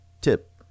tip